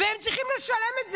והם צריכים לשלם את זה.